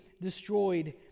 destroyed